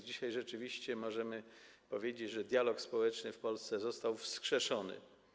Dzisiaj rzeczywiście możemy powiedzieć, że dialog społeczny w Polsce został wskrzeszony.